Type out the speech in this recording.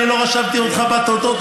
אני לא רשמתי אותך בתודות.